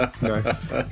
Nice